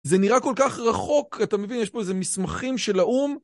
זה נראה כל כך רחוק, אתה מבין? יש פה איזה מסמכים של האום.